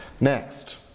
Next